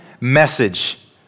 message